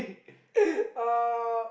or